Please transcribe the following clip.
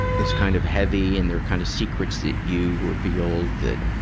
is kind of heavy and they're kind of secrets that you reveal that,